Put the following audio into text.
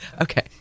Okay